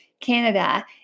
Canada